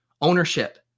ownership